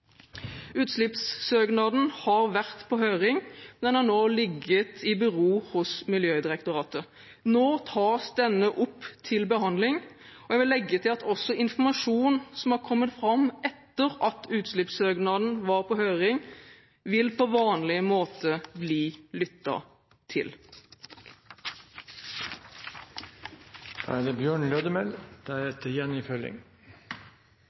Utslippssøknaden har vært på høring, og den har nå ligget i bero hos Miljødirektoratet. Nå tas denne opp til behandling, og jeg vil legge til at også informasjon som har kommet fram etter at utslippssøknaden var på høring, på vanlig måte vil bli